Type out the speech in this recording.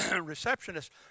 receptionist